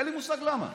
אין לי מושג למה.